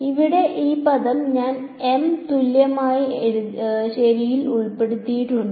ഇവിടെ ഈ പദം ഞാൻ എം തുല്യമായ ശരിയിൽ ഉൾപ്പെടുത്തിയിട്ടുണ്ട്